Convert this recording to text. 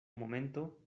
momento